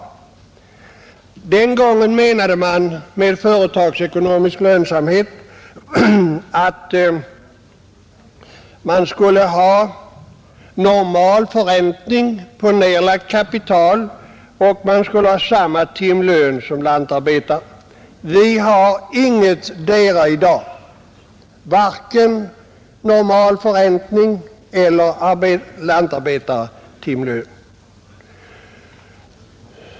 Den gången menade man med företagsekonomisk lönsamhet att jordbrukaren skulle ha normal förräntning på nedlagt kapital och samma timlön som lantarbetare. Vi har ingetdera i dag, varken normal förräntning eller lantarbetartimlön.